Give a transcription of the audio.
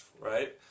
right